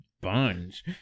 buns